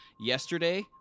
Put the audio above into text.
yesterday